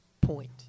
point